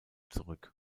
zurück